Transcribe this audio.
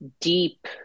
deep